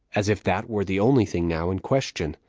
as if that were the only thing now in question.